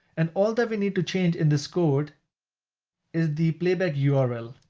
and all that we need to change in this code is the playback yeah url.